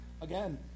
Again